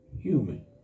human